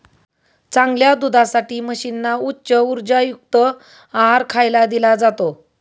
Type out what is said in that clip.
चांगल्या दुधासाठी म्हशींना उच्च उर्जायुक्त आहार खायला दिला जातो